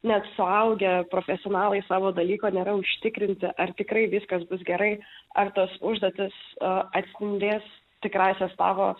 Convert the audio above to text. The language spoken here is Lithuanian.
net suaugę profesionalai savo dalyko nėra užtikrinti ar tikrai viskas bus gerai ar tas užduotis a atspindės tikrąsias tavo